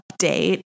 update